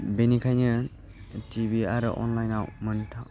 बेनिखायनो टिभि आरो अनलाइनआव मोनथाव